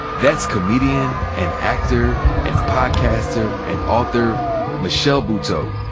that's comedienne and actor and podcaster and author michelle buteau.